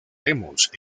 demos